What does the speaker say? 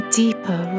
deeper